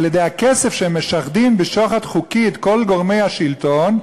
על-ידי הכסף שהם משחדים בשוחד חוקי את כל גורמי השלטון,